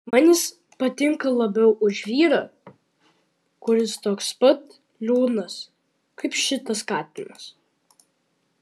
man jis patinka labiau už vyrą kuris toks pat liūdnas kaip šitas katinas